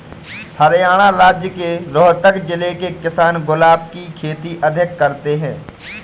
हरियाणा राज्य के रोहतक जिले के किसान गुलाब की खेती सबसे अधिक करते हैं